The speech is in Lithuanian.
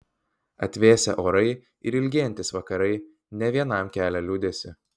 atvėsę orai ir ilgėjantys vakarai ne vienam kelia liūdesį